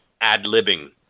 ad-libbing